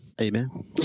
Amen